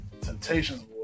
Temptations